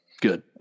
good